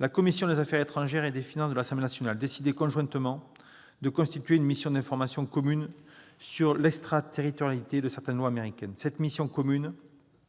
les commissions des affaires étrangères et des finances de l'Assemblée nationale décidaient conjointement de constituer une mission commune d'information sur l'extraterritorialité de certaines lois américaines. Cette mission commune